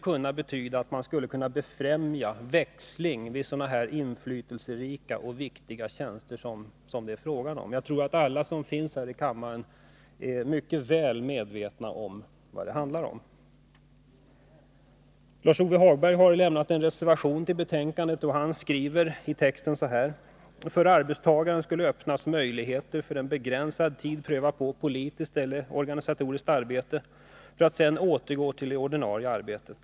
Man skulle kunna befrämja en växling vid de inflytelserika och viktiga poster som det här är fråga om. Jag tror att alla här i kammaren är mycket väl medvetna om vad det handlar om. Lars-Ove Hagberg har lämnat en reservation till betänkandet, där han skriver: ”För arbetstagaren skulle öppnas möjligheter att för en begränsad tid pröva på politiskt eller organisatoriskt arbete för att sedan återgå till det ordinarie arbetet.